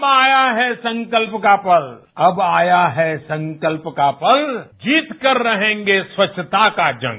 अब आया है संकल्प का पल अब आया है संकल्प का पल जीतकर रहेंगे खच्छता का जंग